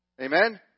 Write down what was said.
Amen